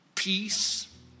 Peace